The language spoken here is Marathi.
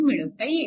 मिळवता येईल